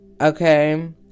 Okay